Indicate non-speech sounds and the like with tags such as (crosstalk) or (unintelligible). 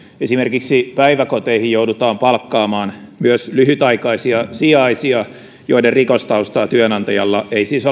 esimerkiksi päiväkoteihin joudutaan palkkaamaan myös lyhytaikaisia sijaisia joiden rikostaustaa työnantajalla ei siis (unintelligible)